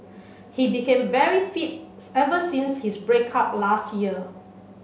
he became very fit ever since his break up last year